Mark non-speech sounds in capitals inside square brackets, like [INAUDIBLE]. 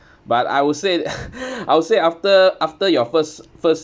but I would say [LAUGHS] I would say after after your first first